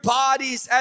bodies